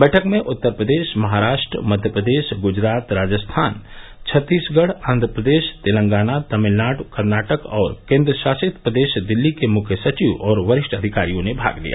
बैठक में उत्तर प्रदेश महाराष्ट्र मध्य प्रदेश गुजरात राजस्थान छत्तीसगढ़ आंध्र प्रदेश तेलंगाना तमिलनाड़ कर्नाटक और केंद्र शासित प्रदेश दिल्ली के मुख्य सचिव और वरिष्ठ अधिकारियों ने भाग लिया